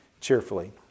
cheerfully